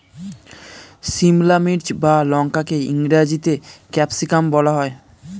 সিমলা মির্চ বা লঙ্কাকে ইংরেজিতে ক্যাপসিকাম বলা হয়